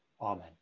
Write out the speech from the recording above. Amen